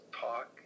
talk